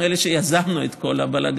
אנחנו אלה שיזמנו את כל הבלגן,